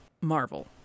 Marvel